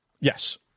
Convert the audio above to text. Yes